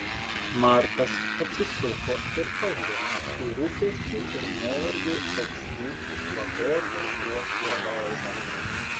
markas atsisuko ir pažvelgė į rūpesčių ir nuovargio raukšlių išvagotą uošvio veidą